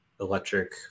electric